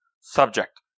Subject